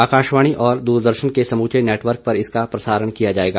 आकाशवाणी और दूरदर्शन के समूचे नेटवर्क पर इसका प्रसारण किया जायेगा